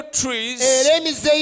trees